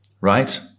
right